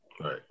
right